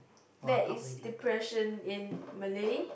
that is depression in Malay